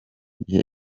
gihe